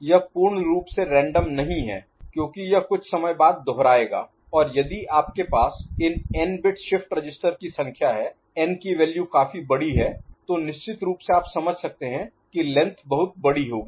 यह पूर्ण रूप से रैंडम नहीं है क्योंकि यह कुछ समय बाद दोहराएगा और यदि आपके पास इन n बिट शिफ्ट रजिस्टर की संख्या है n की वैल्यू काफी बड़ी है तो निश्चित रूप से आप समझ सकते हैं कि लेंथ बहुत बड़ी होगी